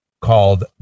called